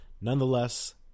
Nonetheless